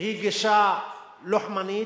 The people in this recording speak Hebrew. -- היא גישה לוחמנית,